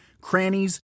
crannies